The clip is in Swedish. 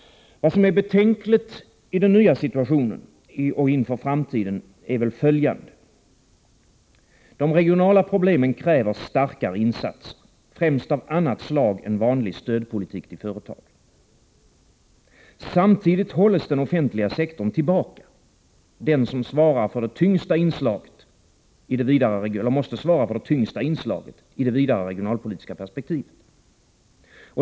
Vad som är betänkligt i den nya situationen och inför framtiden är följande. De regionala problemen kräver starkare insatser, främst av annat slag än vanlig stödpolitik inriktad på företagen. Samtidigt hålls den offentliga sektorn tillbaka, den som måste svara för det tyngsta inslaget i det vidare regionalpolitiska perspektivet.